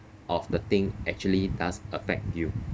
of the thing actually does affect you